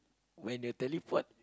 when you teleport